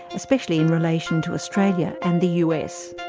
especially in relation to australia and the us.